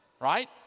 right